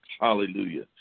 Hallelujah